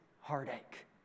heartache